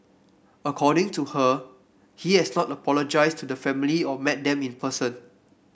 according to her he has not apologised to the family or met them in person